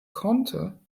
konnte